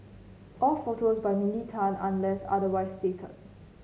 all photos by Mindy Tan unless otherwise stated